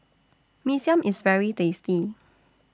Mee Siam IS very tasty